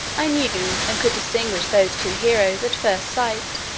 i knew, and could distinguish those two heroes, at first sight,